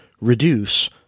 reduce